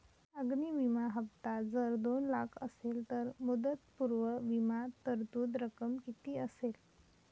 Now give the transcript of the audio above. अग्नि विमा हफ्ता जर दोन लाख असेल तर मुदतपूर्व विमा तरतूद रक्कम किती असेल?